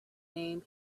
name